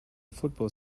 football